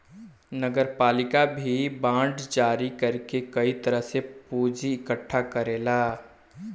नगरपालिका भी बांड जारी कर के कई तरह से पूंजी इकट्ठा करेला